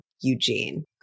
Eugene